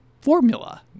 formula